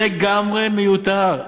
לגמרי מיותר.